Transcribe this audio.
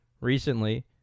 recently